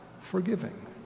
forgiving